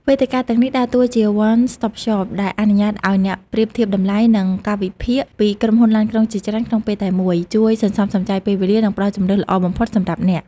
វេទិកាទាំងនេះដើរតួជា វ័ន ស្តុបសប ដែលអនុញ្ញាតឱ្យអ្នកប្រៀបធៀបតម្លៃ និងកាលវិភាគពីក្រុមហ៊ុនឡានក្រុងជាច្រើនក្នុងពេលតែមួយ ជួយសន្សំសំចៃពេលវេលា និងផ្តល់ជម្រើសល្អបំផុតសម្រាប់អ្នក។